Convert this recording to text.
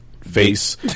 face